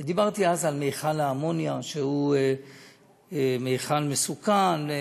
ודיברתי אז על מכל האמוניה, שהוא מכל מסוכן.